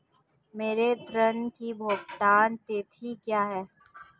मेरे ऋण की भुगतान तिथि क्या है?